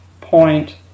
point